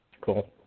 Cool